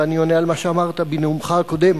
ואני עונה על מה שאמרת בנאומך הקודם,